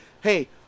hey